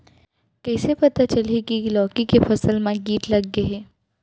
कइसे पता चलही की लौकी के फसल मा किट लग गे हे?